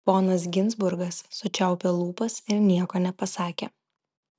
ponas ginzburgas sučiaupė lūpas ir nieko nepasakė